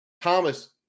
Thomas